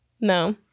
no